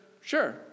sure